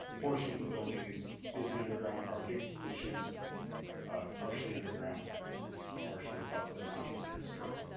portion of the building is is the underground parking which is partially underground and partially above, but not considered a story.